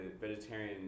vegetarian